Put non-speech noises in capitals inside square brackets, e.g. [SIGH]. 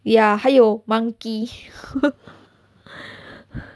ya 还有 monkey [LAUGHS]